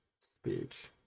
speech